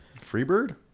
Freebird